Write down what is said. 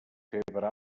febre